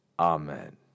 Amen